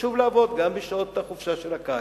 חשוב לעבוד גם בשעות החופשה של הקיץ.